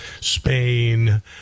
Spain